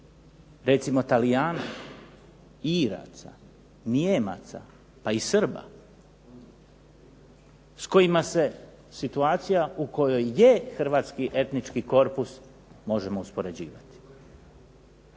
recimo Talijana, Iraca, Nijemaca, pa i Srba s kojima se situacija u kojoj je hrvatski etnički korpus možemo uspoređivati.